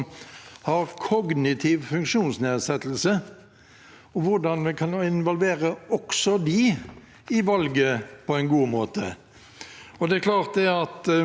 Det er klart at det er mange grupper i samfunnet som av forskjellige grunner i dag ikke deltar i valg. Da er det viktig at vi tar på alvor